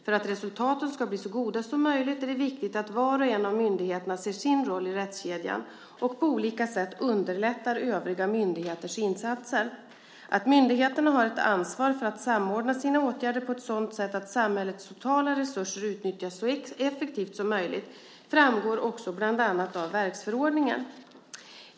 För att resultaten ska bli så goda som möjligt är det viktigt att var och en av myndigheterna ser sin roll i rättskedjan och på olika sätt underlättar övriga myndigheters insatser. Att myndigheterna har ett ansvar för att samordna sina åtgärder på ett sådant sätt att samhällets totala resurser utnyttjas så effektivt som möjligt framgår också bland annat av verksförordningen.